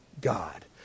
God